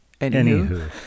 Anywho